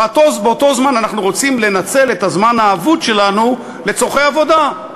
באותו זמן אנחנו רוצים לנצל את הזמן האבוד שלנו לצורכי עבודה,